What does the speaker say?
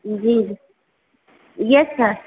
ji yes sir